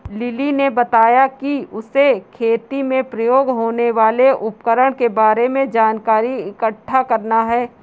lily ने बताया कि उसे खेती में प्रयोग होने वाले उपकरण के बारे में जानकारी इकट्ठा करना है